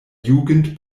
jugend